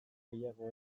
gehiago